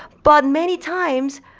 but many times,